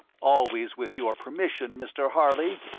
always with your permission, mr. harley.